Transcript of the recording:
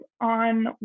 on